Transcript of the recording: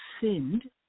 sinned